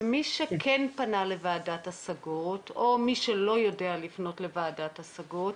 ומי שכן פנה לוועדת השגות או מי שלא יודע לפנות לוועדת ההשגות,